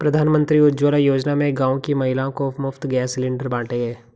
प्रधानमंत्री उज्जवला योजना में गांव की महिलाओं को मुफ्त गैस सिलेंडर बांटे गए